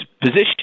position